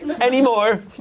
anymore